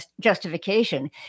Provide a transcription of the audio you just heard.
justification